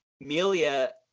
Melia